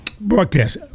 broadcast